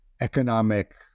economic